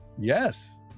Yes